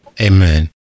Amen